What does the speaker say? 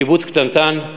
קיבוץ קטנטן,